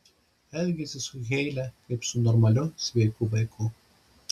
elgiasi su heile kaip su normaliu sveiku vaiku